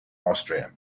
austria